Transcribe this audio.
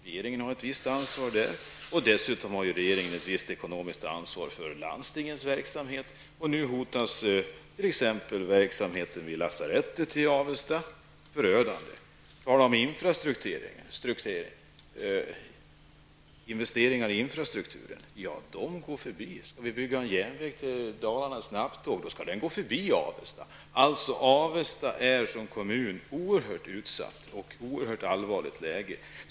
Regeringen har ett visst ansvar här och dessutom ett visst ekonomiskt ansvar för landstingens verksamhet. Nu hotas t.ex. verksamheten vid lasarettet i Avesta. Det är förödande. När det gäller investeringar i infrastukturen går de oss förbi. Om man skall bygga en järnväg till Dalarna för snabbtåg, då skall den gå förbi Avesta. Avesta är som kommun oerhört utsatt och befinner sig i ett oerhört allvarligt läge.